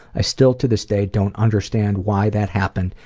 i still to this day don't understand why that happened.